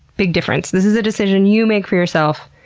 big difference. this is a decision you make for yourself,